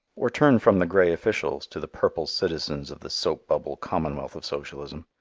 or turn from the gray officials to the purple citizens of the soap bubble commonwealth of socialism.